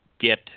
get